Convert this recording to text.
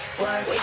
work